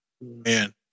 Man